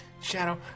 shadow